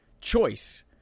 choice